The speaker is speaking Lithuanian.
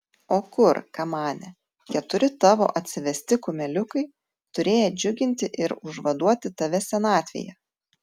o kur kamane keturi tavo atsivesti kumeliukai turėję džiuginti ir užvaduoti tave senatvėje